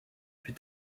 fut